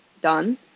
done